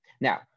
Now